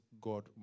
God